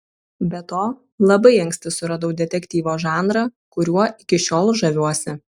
be to labai anksti suradau detektyvo žanrą kuriuo iki šiol žaviuosi